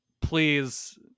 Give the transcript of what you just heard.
please